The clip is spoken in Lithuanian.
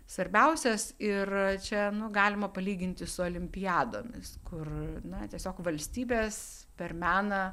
svarbiausias ir čia nu galima palyginti su olimpiadomis kur na tiesiog valstybės per meną